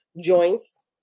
joints